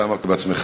אתה אמרת בעצמך,